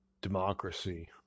democracy